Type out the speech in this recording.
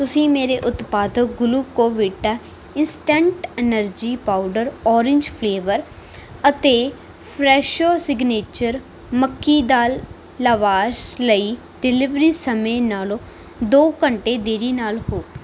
ਤੁਸੀਂ ਮੇਰੇ ਉਤਪਾਦ Glucovita instant energy powder orange flavour ਅਤੇ ਫਰੈਸ਼ੋ ਸਿਗਨੇਚਰ ਮੱਕੀ ਦਾ ਲਾਵਾਸ਼ ਲਈ ਡਿਲੀਵਰੀ ਸਮੇਂ ਨਾਲੋਂ ਦੋ ਘੰਟੇ ਦੇਰੀ ਨਾਲ ਹੋ